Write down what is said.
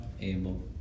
able